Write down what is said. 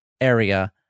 area